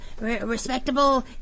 respectable